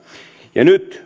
ja nyt